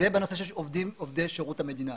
זה לגבי עובדי שירות המדינה.